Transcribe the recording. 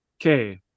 okay